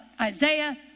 Isaiah